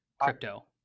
crypto